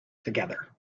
together